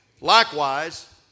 Likewise